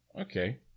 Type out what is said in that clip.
Okay